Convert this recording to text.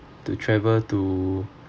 to travel to